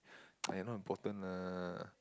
!aiya! not important lah